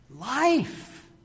life